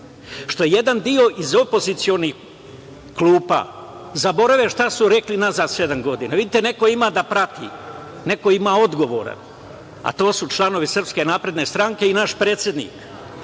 što jedan deo iz opozicionih klupa zaborave šta su rekli nazad sedam godina. Vidite, neko ima da prati, neko ima odgovoran, a to su članovi SNS i naš predsednik.